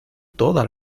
toda